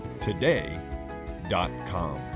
today.com